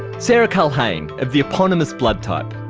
sarah culhane of the eponymous blood type.